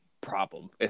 problem